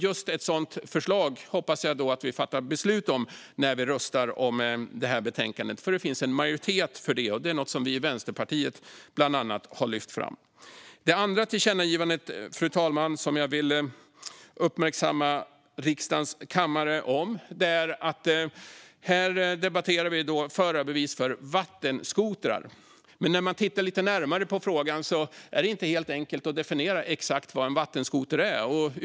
Just ett sådant förslag hoppas jag att vi kommer att fatta beslut om när vi röstar om det här betänkandet. Det finns en majoritet som är för det, och det är något som vi i Vänsterpartiet bland annat har lyft fram. Fru talman! Det finns ett andra tillkännagivande som jag vill uppmärksamma riksdagen och kammaren på. Här debatterar vi förarbevis för vattenskotrar. Men när man tittar lite närmare på frågan är det inte helt enkelt att definiera exakt vad en vattenskoter är.